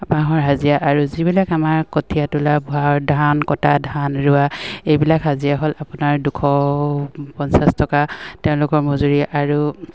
বাঁহৰ হাজিৰা আৰু যিবিলাক আমাৰ কঠীয়া তোলা ধান কটা ধান ৰোৱা এইবিলাক হাজিৰা হ'ল আপোনাৰ দুশ পঞ্চাছ টকা তেওঁলোকৰ মজুৰি আৰু